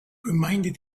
reminded